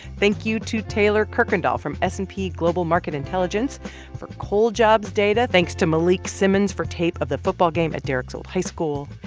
thank you to taylor kuykendall from s and p global market intelligence for coal jobs data. thanks to malik simmons for tape of the football game at derek's old high school.